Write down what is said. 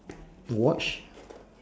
a watch